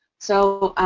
so,